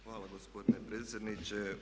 Hvala gospodine predsjedniče.